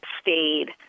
stayed